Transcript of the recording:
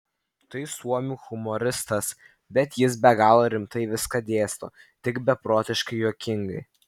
tai suomių humoristas bet jis be galo rimtai viską dėsto tik beprotiškai juokingai